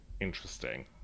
interesting